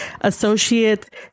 associate